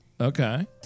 Okay